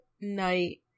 night